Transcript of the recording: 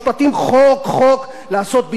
לעשות בדיוק את מה שהוא הציע כאן עכשיו.